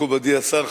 מכובדי השר,